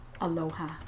aloha